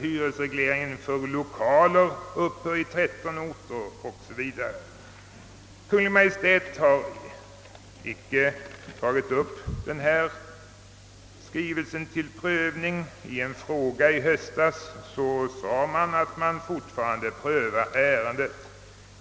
Kungl. Maj:t har icke tagit upp skrivelsen till prövning; när en fråga besvarades i höstas sades att man fortfarande prövar ärendet.